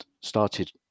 started